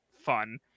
fun